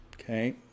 Okay